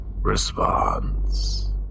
Response